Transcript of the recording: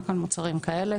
רק על מוצרים כאלה.